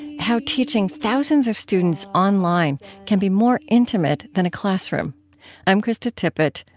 how teaching thousands of students online can be more intimate than a classroom i'm krista tippett.